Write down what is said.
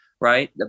Right